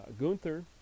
Gunther